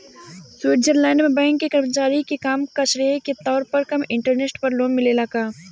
Switzerland में bank के कर्मचारी के काम के श्रेय के तौर पर कम इंटरेस्ट पर लोन मिलेला का?